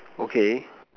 okay